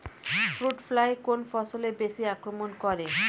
Fruit fly কোন ফসলে বেশি আক্রমন করে?